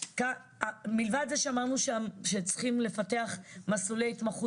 מלבד זה שאמרנו שצריכים לפתח מסלולי התמחות